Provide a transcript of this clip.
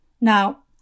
Now